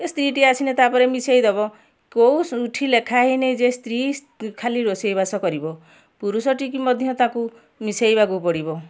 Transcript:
ଏ ସ୍ତ୍ରୀଟି ଅସିଲେ ତା'ପରେ ମିଶାଇଦେବ କେଉଁଠି ଲେଖା ହେଇନି ନେଇ ଯେ ସ୍ତ୍ରୀ ଖାଲି ରୋଷେଇବାସ କରିବ ପୁରୁଷଟିକି ମଧ୍ୟ ତାକୁ ମିଶାଇବାକୁ ପଡ଼ିବ